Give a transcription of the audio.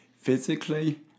physically